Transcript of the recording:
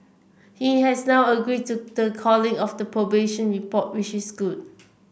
he has now agreed to the calling of the probation report which is good